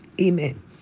Amen